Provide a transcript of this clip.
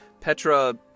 Petra